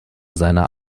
seiner